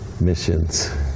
missions